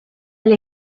elle